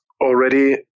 already